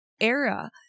era